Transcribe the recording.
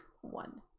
One